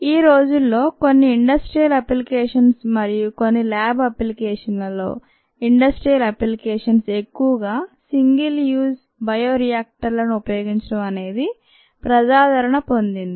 ఈ రోజుల్లో కొన్ని ఇండస్ట్రియల్ అప్లికేషన్స్ మరియు కొన్ని ల్యాబ్ అప్లికేషన్లలో ఇండస్ట్రియల్ అప్లికేషన్స్ ఎక్కువగా సింగిల్ యూజ్ బయోరియాక్టర్లను ఉపయోగించడం అనేది ప్రజాదరణ పొందింది